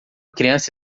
criança